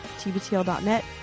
tbtl.net